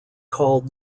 called